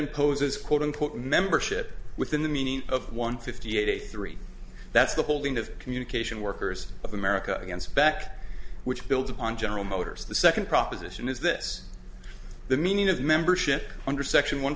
imposes quote unquote membership within the meaning of one fifty eight three that's the holding of communication workers of america against back which builds upon general motors the second proposition is this the meaning of membership under section one